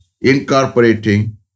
incorporating